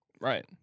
Right